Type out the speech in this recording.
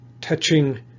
touching